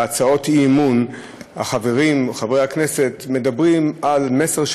בהצעות אי-אמון חברי הכנסת מדברים על מסר שלהם,